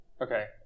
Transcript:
Okay